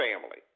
family